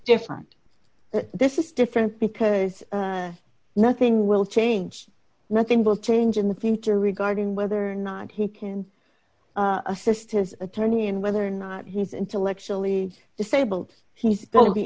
different this is different because nothing will change nothing will change in the future regarding whether or not he can assist his attorney and whether or not he's intellectually disabled he's go